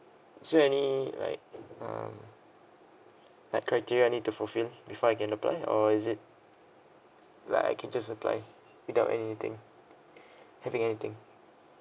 so any like um like criteria I need to fulfil before I can apply or is it like I can just apply without anything having anything